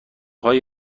های